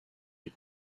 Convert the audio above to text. les